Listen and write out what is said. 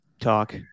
talk